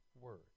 word